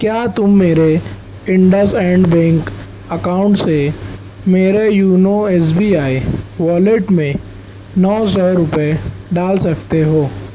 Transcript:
کیا تم میرے انڈسانڈ بینک اکاؤنٹ سے میرے YONO S B I wallet میں نو سو روپے ڈال سکتے ہو